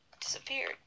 disappeared